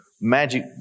magic